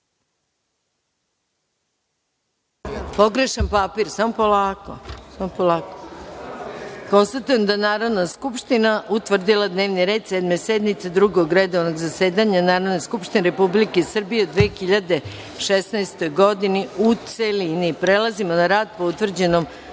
– sedam, uzdržan – niko. Konstatujem da je Narodna skupština utvrdila dnevni red Sedme sednice Drugog redovnog zasedanja Narodne skupštine Republike Srbije u 2016. godini, u celini. Prelazimo na rad po utvrđenom